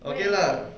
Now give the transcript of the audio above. okay lah